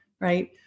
right